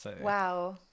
Wow